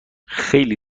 خیلی